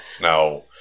now